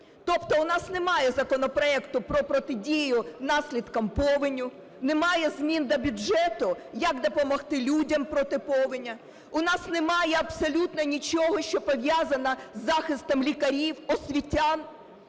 Тобто у нас немає законопроекту про протидію наслідкам повені, немає змін до бюджету, як допомогти людям проти повені. У нас немає абсолютно нічого, що пов'язано з захистом лікарів, освітян.